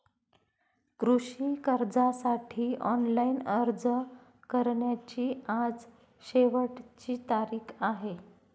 कृषी कर्जासाठी ऑनलाइन अर्ज करण्याची आज शेवटची तारीख आहे